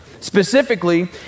specifically